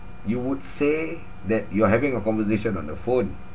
you would say that you're having a conversation on the phone